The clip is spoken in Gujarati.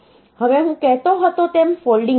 હવે હું કહેતો હતો તેમ ફોલ્ડિંગ હશે